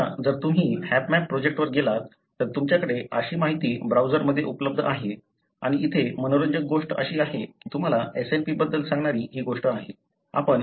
आता जर तुम्ही हॅपमॅप प्रोजेक्टवर गेलात तर तुमच्याकडे अशी माहिती ब्राउझरमध्ये उपलब्ध आहे आणि येथे मनोरंजक गोष्ट अशी आहे की तुम्हाला SNP बद्दल सांगणारी ही गोष्ट आहे